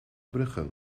bruggen